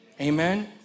Amen